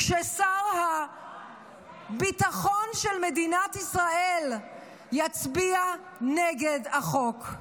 כששר הביטחון של מדינת ישראל יצביע נגד החוק.